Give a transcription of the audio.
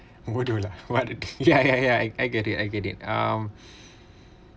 bodoh lah what ya ya ya I get it I get it um